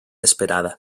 esperada